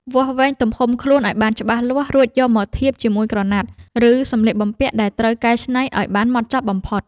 វាស់វែងទំហំខ្លួនឱ្យបានច្បាស់លាស់ រួចយកមកធៀបជាមួយក្រណាត់ ឬសម្លៀកបំពាក់ដែលត្រូវកែច្នៃឱ្យបានហ្មត់ចត់បំផុត។